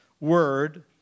Word